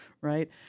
Right